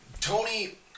Tony